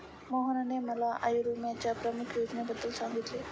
मोहनने मला आयुर्विम्याच्या प्रमुख योजनेबद्दल सांगितले